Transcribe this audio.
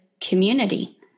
community